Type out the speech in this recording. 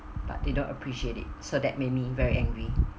but they don't appreciate it so that made me very angry